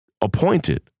appointed